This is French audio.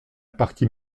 partie